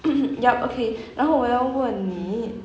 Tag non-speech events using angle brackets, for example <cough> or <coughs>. <coughs> yup okay 然后我要问你